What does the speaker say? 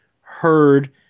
heard